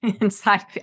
inside